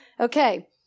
Okay